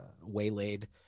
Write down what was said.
waylaid